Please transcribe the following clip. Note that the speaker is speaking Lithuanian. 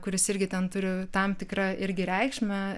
kuris irgi ten turi tam tikrą irgi reikšmę